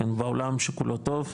בעולם שכולו טוב,